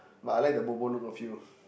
but I like the bobo look of you